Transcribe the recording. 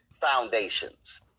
foundations